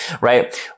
right